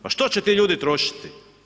Pa što će ti ljudi trošiti?